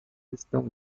estão